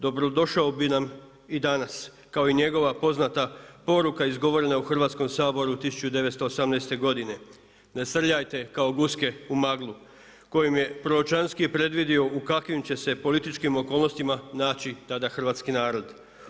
Dobrodošao bi nam i danas, kao i njegova poznata poruka izgovorena u Hrvatskom saboru 1918. godine „Ne srljajte kao guske u maglu“ kojim je proročanski predvidio u kakvim će se političkim okolnostima naći tada hrvatski narod.